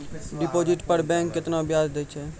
Deposit पर bank केतना ब्याज दै छै?